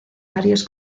varios